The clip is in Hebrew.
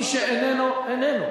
אבל אני נורא מצטער, מי שאיננו, איננו.